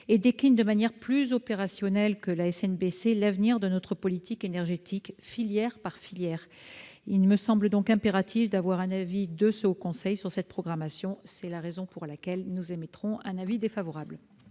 et décline de manière plus opérationnelle que cette dernière l'avenir de notre politique énergétique filière par filière. Il me semble donc impératif d'avoir un avis du Haut Conseil sur cette programmation. C'est la raison pour laquelle la commission émet un avis défavorable